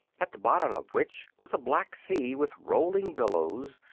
at the bottom of which was a black sea with rolling billows,